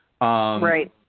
Right